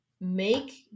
Make